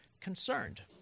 concerned